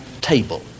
table